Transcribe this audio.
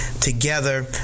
together